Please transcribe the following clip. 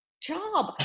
job